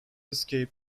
escape